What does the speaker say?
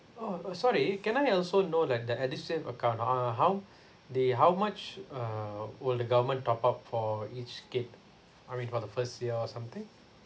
oh uh sorry can I also know like the edusave account uh how the how much uh would the government top up for each kid I mean for the first year or something